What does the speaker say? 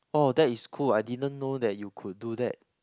oh that is cool I didn't know that you could do that